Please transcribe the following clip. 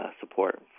support